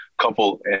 couple